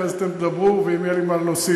אחרי זה תדברו ואם יהיה לי מה להוסיף,